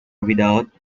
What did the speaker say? without